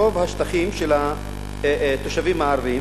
שרוב השטחים של התושבים הערבים